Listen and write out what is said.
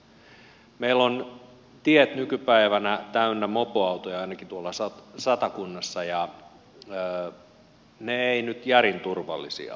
meillä ovat tiet nykypäivänä täynnä mopoautoja ainakin tuolla satakunnassa ja ne eivät nyt järin turvallisia ole